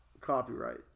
copyright